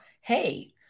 hey